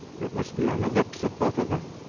it must be on the lips of both of them.